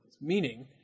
Meaning